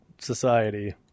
society